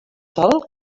sol